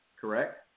correct